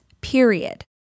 period